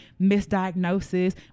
misdiagnosis